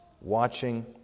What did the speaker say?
watching